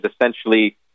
essentially